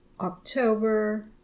October